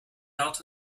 out